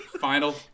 final